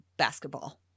basketball